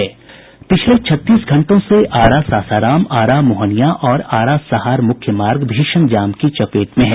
पिछले छत्तीस घंटों से आरा सासाराम आरा मोहनिया और आरा सहार मुख्य मार्ग भीषण जाम की चपेट में है